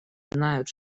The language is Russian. знают